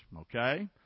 Okay